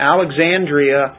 Alexandria